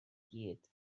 gyd